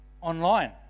online